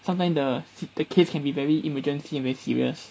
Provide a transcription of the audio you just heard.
sometime the the case can be very emergency and very serious